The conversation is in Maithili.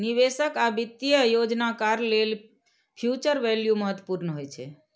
निवेशक आ वित्तीय योजनाकार लेल फ्यूचर वैल्यू महत्वपूर्ण होइ छै